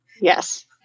Yes